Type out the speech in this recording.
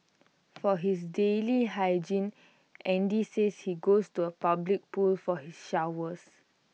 for his daily hygiene Andy says he goes to A public pool for his showers